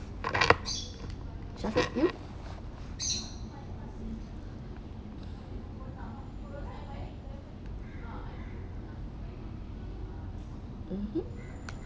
shafiq you mmhmm